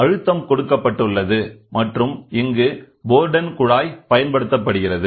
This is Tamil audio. உங்களிடம் அழுத்தம் கொடுக்கப்பட்டுள்ளது மற்றும் இங்கு போர்டன் குழாய் பயன்படுத்தப்படுகிறது